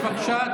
בבקשה?